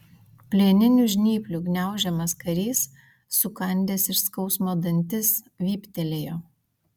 plieninių žnyplių gniaužiamas karys sukandęs iš skausmo dantis vyptelėjo